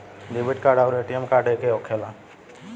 Debit card आउर ATM card एके होखेला?